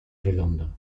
redondo